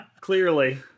Clearly